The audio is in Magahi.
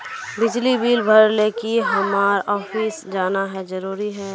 बिजली बिल भरे ले की हम्मर ऑफिस जाना है जरूरी है?